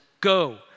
go